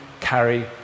carry